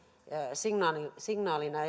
signaalina signaalina